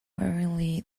worryingly